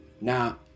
Now